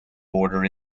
border